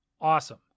Awesome